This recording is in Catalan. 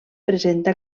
presenta